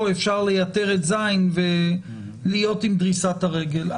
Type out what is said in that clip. אפשר לייתר את (ז) ולהיות עם דריסת הרגל.